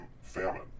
famine